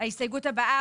ההסתייגות הבאה,